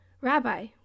Rabbi